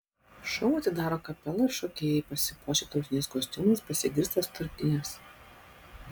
šou atidaro kapela ir šokėjai pasipuošę tautiniais kostiumais pasigirsta sutartinės